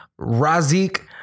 Razik